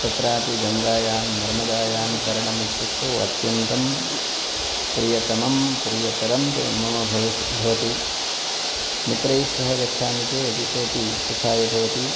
तत्रापि गङ्गायां नर्मदायां तरणम् इत्युक्तौ अत्यन्तं प्रियतमं प्रियतरं च मम भवस भवति मित्रैः सह गच्छामि चेद् इतोऽपि सुखाय भवति